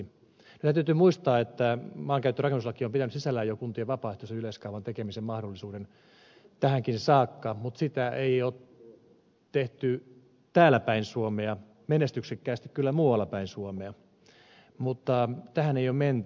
nyt täytyy muistaa että maankäyttö ja rakennuslaki on pitänyt sisällään jo kuntien vapaaehtoisen yleiskaavan tekemisen mahdollisuuden tähänkin saakka mutta sitä ei ole tehty täälläpäin suomea menestyksekkäästi kyllä muuallapäin suomea mutta täällä tähän ei ole menty